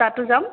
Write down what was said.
তাতো যাম